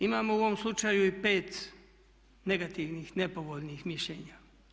Imamo u ovom slučaju i 5 negativnih, nepovoljnih mišljenja.